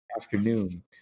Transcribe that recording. afternoon